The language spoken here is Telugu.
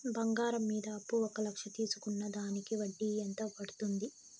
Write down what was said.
బంగారం మీద అప్పు ఒక లక్ష తీసుకున్న దానికి వడ్డీ ఎంత పడ్తుంది?